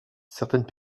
certaines